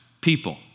people